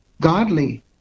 godly